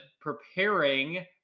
preparing